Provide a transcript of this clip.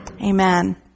Amen